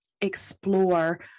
explore